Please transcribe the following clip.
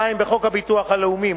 2. בחוק הביטוח הלאומי,